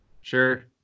Sure